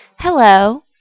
Hello